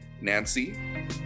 Nancy